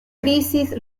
crisis